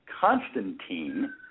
Constantine